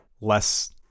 less